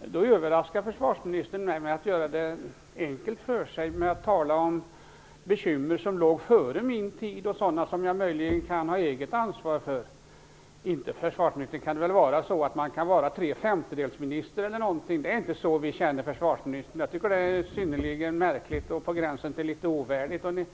Försvarsministern överraskade mig genom att göra det enkelt för sig genom att tala om bekymmer som låg före hans tid och sådana som han möjligen kan ha eget ansvar för. Inte kan man vara tre-femtedels-minister, försvarsministern! Det är inte så vi känner försvarsministern. Jag tycker att det är synnerligen märkligt och på gränsen till litet ovärdigt.